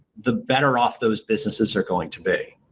the better off those businesses are going to be.